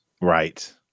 Right